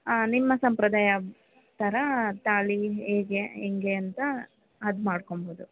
ನಿಮ್ಮ ಸಂಪ್ರದಾಯ ಥರ ತಾಳಿ ಹೀಗೆ ಹಿಂಗೇ ಅಂತ ಅದು ಮಾಡ್ಕೊಳ್ಬೋದು